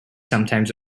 sometimes